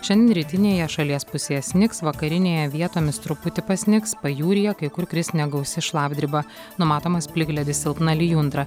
šiandien rytinėje šalies pusėje snigs vakarinėje vietomis truputį pasnigs pajūryje kai kur kris negausi šlapdriba numatomas plikledis silpna lijundra